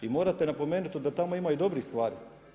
I morate napomenuti da tamo ima i dobrih stvari.